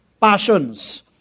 passions